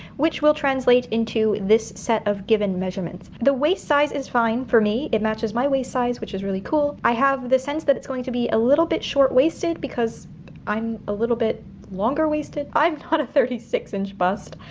which will translate into this set of given measurements. the waist size is fine for me, it matches my waist size, which is really cool. i have the sense that it's going to be a little bit short-waisted because i'm a little bit longer-waisted. i'm not a thirty six inch bust.